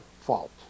fault